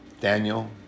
Daniel